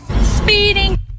Speeding